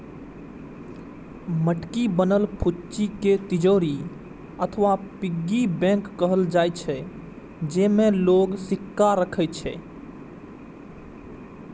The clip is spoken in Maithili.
माटिक बनल फुच्ची कें तिजौरी अथवा पिग्गी बैंक कहल जाइ छै, जेइमे लोग सिक्का राखै छै